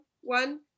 one